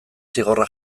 zigorra